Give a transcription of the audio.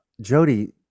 Jody